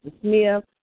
Smith